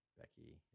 Becky